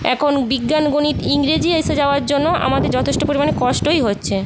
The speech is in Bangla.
এখন বিজ্ঞান গণিত ইংরেজি এসে যাওয়ার জন্য আমাদের যথেষ্ট পরিমাণে কষ্টই হচ্ছে